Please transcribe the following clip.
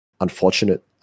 unfortunate